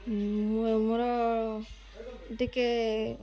ମୁଁ ମୋର ଟିକେ